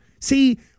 See